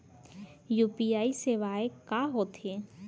UPI सेवाएं का होथे?